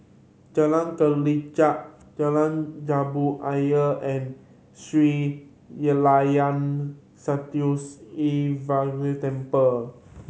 Jalan Kelichap Jalan Jambu Ayer and Sri Layan Sithi Vinayagar Temple